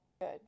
good